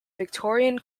victorian